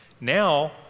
now